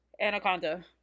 Anaconda